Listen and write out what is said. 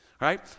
right